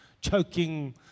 choking